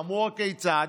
אמרו: הכיצד,